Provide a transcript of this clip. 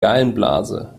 gallenblase